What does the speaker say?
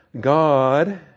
God